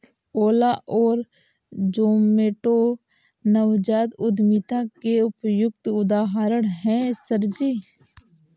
ओला और जोमैटो नवजात उद्यमिता के उपयुक्त उदाहरण है सर जी